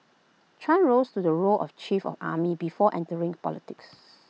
chan rose to the role of chief of army before entering politics